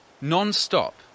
non-stop